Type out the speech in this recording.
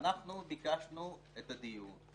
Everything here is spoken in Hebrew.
אנחנו ביקשנו את הדיון.